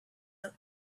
out